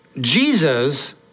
Jesus